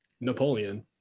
napoleon